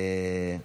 בסדר.